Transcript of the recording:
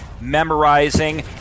memorizing